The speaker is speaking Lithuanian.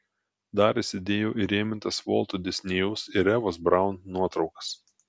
dar įsidėjo įrėmintas volto disnėjaus ir evos braun nuotraukas